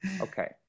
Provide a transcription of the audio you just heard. Okay